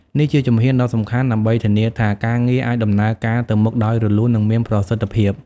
នេះជាជំហានដ៏សំខាន់ដើម្បីធានាថាការងារអាចដំណើរការទៅមុខដោយរលូន និងមានប្រសិទ្ធភាព។